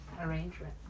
arrangement